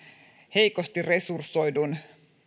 heikosti resursoidun